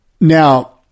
now